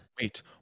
Wait